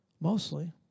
mostly